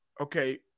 okay